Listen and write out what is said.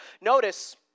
Notice